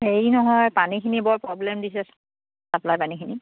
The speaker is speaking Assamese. হেৰি নহয় পানীখিনি বৰ প্ৰ'ব্লেম দিছে চাপ্লাই পানীখিনি